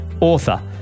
author